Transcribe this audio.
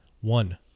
one